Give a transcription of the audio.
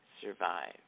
survive